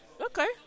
Okay